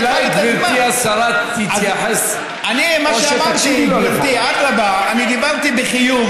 אולי גברתי השרה תתייחס, או שתקשיבי לו לפחות.